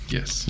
Yes